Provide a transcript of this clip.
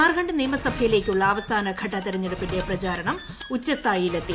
ജാർഖണ്ഡ് നിയമസഭയില്ലേക്കുള്ള അവസാന ഘട്ട തെരഞ്ഞെടുപ്പിന്റെ ന് പ്രചരണം ഉച്ചസ്ഥായിയിലെത്തി